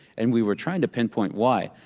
and we were trying to pinpoint why.